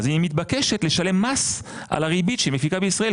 היא מתבקשת לשלם מס על הריבית שהיא מפיקה בישראל.